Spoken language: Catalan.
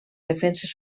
defenses